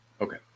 Okay